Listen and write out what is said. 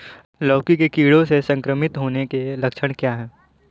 लौकी के कीड़ों से संक्रमित होने के लक्षण क्या हैं?